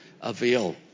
avail